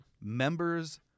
members